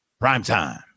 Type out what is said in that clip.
Primetime